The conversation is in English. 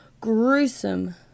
gruesome